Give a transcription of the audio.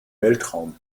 weltraum